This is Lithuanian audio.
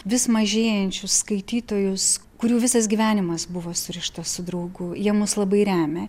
vis mažėjančius skaitytojus kurių visas gyvenimas buvo surištas su draugu jie mus labai remia